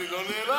אני לא נעלב.